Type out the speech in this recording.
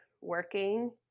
working